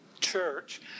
church